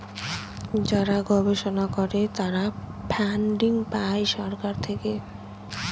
যারা গবেষণা করে তারা ফান্ডিং পাই সরকার থেকে